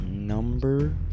Number